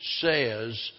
says